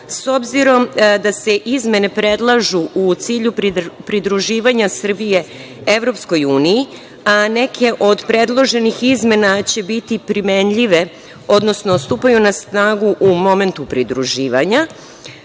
s obzirom da se izmene predlažu u cilju pridruživanja Srbije EU, a neke od predloženih izmena će biti primenljive, odnosno stupaju na snagu u momentu pridruživanja